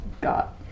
got